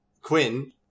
Quinn